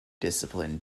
discipline